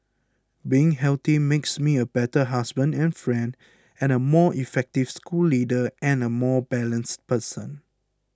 being healthy makes me a better husband and friend and a more effective school leader and a more balanced person